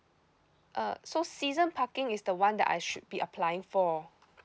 uh so season parking is the [one] that I should be applying for